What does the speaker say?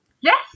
Yes